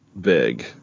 big